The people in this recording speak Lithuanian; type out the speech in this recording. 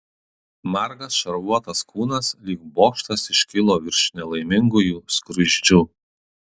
margas šarvuotas kūnas lyg bokštas iškilo virš nelaimingųjų skruzdžių